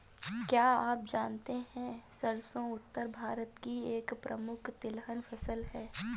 क्या आप जानते है सरसों उत्तर भारत की एक प्रमुख तिलहन फसल है?